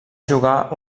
jugar